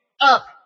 Up